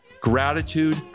gratitude